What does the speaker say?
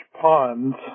ponds